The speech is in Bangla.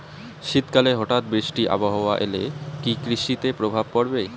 শীত কালে হঠাৎ বৃষ্টি আবহাওয়া এলে কি কৃষি তে প্রভাব পড়বে?